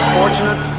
fortunate